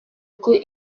could